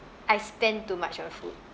I spend too much on food